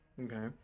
okay